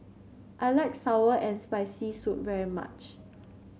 I like sour and Spicy Soup very much